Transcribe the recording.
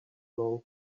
long